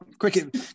Cricket